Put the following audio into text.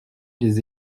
des